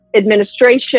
administration